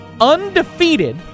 undefeated